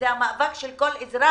זה המאבק של כל אזרח.